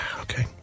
Okay